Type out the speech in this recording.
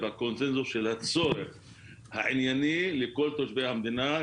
הקונצנזוס של הצורך הענייני לכל תושבי המדינה,